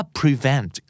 prevent